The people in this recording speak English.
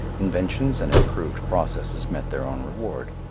inventions and improved processes met their own reward.